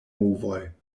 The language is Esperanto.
movoj